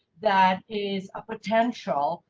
that is a potential,